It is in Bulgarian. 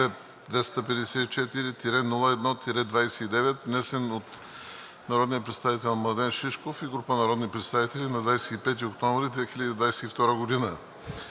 48-254-01-29, внесен от народния представител Младен Шишков и група народни представители на 25 октомври 2022 г.